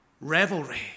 revelry